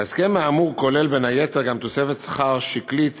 ההסכם האמור כולל בין היתר גם תוספת שכר שקלית